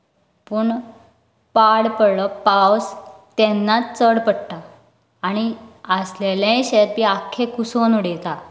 पूण पाड पडलो पावस तेन्नाच चड पडटा आनी आसलेलेय शेत बी आख्खें कुसून उडयता